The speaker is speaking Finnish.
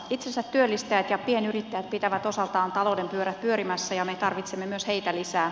itsensä työllistäjät ja pienyrittäjät pitävät osaltaan talouden pyörät pyörimässä ja me tarvitsemme myös heitä lisää